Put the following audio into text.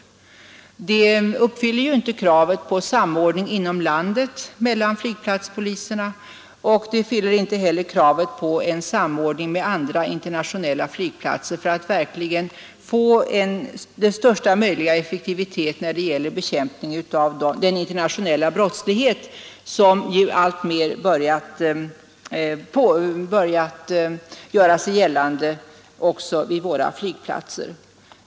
En sådan ordning uppfyller ju inte kravet på samordning inom landet mellan flygplatspoliserna, och det uppfyller inte heller kravet på en samordning med andra internationella flygplatser som kan ge största möjliga effektivitet när det gäller bekämpning av den internationella brottslighet som alltmer börjat göra sig gällande också vid våra flygplatser.